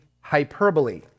hyperbole